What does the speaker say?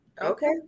okay